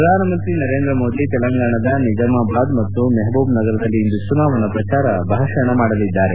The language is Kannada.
ಪ್ರಧಾನಮಂತ್ರಿ ನರೇಂದ್ರ ಮೋದಿ ತೆಲಂಗಾಣದ ನಿಜಾಮಬಾದ್ ಮತ್ತು ಮಹಬೂಬ್ನಗರದಲ್ಲಿ ಇಂದು ಚುನಾವಣೆ ಪ್ರಚಾರ ಭಾಷಣ ಮಾಡಲಿದ್ದಾರೆ